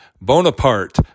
Bonaparte